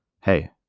hey